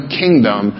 kingdom